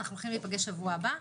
אנחנו הולכים להיפגש בשבוע הבא,